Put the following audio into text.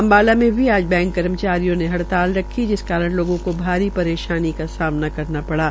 अम्बाला में भी आज बैंक कर्मचारियों ने हड़ताल रखी जिस कारण लोगों की भारी परेशानी का सामना करना पड़ा